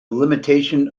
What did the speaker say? limitation